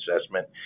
assessment